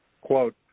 Quote